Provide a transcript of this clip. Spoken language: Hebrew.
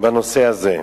בנושא הזה.